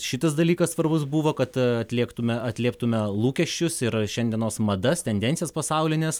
šitas dalykas svarbus buvo kad atlėktume atlieptume lūkesčius yra šiandienos madas tendencijas pasaulines